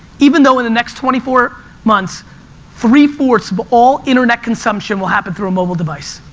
even though in the next twenty four months three fourths of all internet consumption will happen through a mobile device.